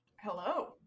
Hello